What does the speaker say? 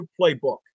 playbook